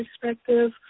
perspective